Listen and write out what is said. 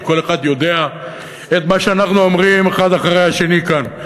הרי כל אחד יודע את מה שאנחנו אומרים האחד אחרי השני כאן.